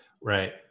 Right